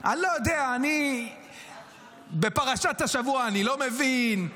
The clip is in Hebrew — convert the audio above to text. אני לא יודע, בפרשת השבוע אני לא מבין,